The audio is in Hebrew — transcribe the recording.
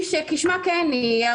היא שכשמה כן היא,